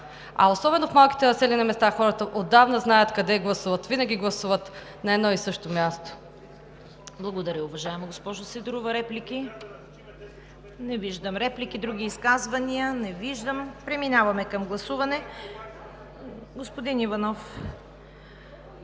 А особено в малките населени места хората отдавна знаят къде гласуват. Винаги гласуват на едно и също място.